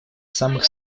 самых